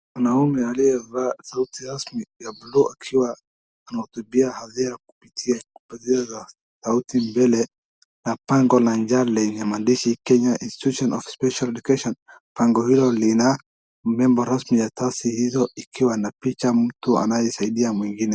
Mwanaume aliyevaa suti rasmi ya blue akiwa anahutubia hadhira kupitia kipasa sauti mbele ya bango la njaa lenye maandishi Kenya institution of special Education . Bango hilo lina nembo rasmi ya tasi hizo ikiwa na picha mtu anayesaidia mwingine.